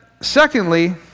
secondly